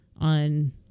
on